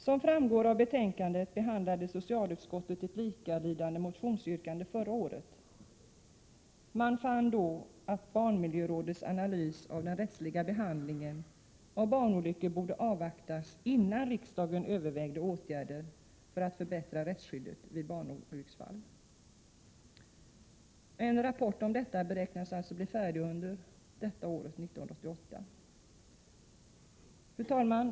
Som framgår av betänkandet behandlade socialutskottet ett likalydande motionsyrkande förra året. Man fann då att barnmiljörådets analys av den rättsliga behandlingen av barnolyckor borde avvaktas, innan riksdagen övervägde åtgärder för att förbättra rättsskyddet vid barnolycksfall. En rapport om detta beräknas bli färdig under 1988. Fru talman!